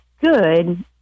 good